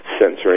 sensory